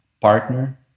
partner